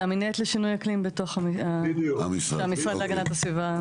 זה המנהלת לשינוי אקלים בתוך המשרד להגנת הסביבה.